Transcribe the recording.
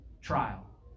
trial